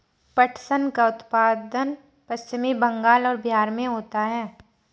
पटसन का उत्पादन पश्चिम बंगाल और बिहार में होता है